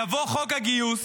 יבוא חוק הגיוס,